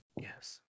Yes